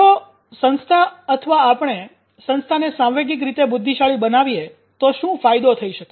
જો સંસ્થા અથવા આપણે સંસ્થાને સાંવેગિક રીતે બુદ્ધિશાળી બનાવીએ તો શું ફાયદો થઈ શકે